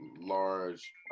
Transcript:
large